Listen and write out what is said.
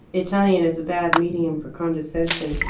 italian is a bad medium for condescension.